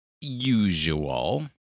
usual